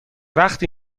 وقتی